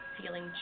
feeling